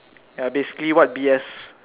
ya basically what B_S